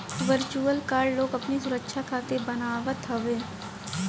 virtual card लोग अपनी सुविधा खातिर बनवावत हवे